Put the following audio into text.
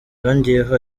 yongeyeho